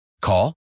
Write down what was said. Call